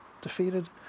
defeated